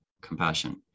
compassion